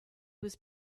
was